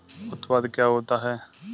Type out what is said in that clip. उत्पाद क्या होता है?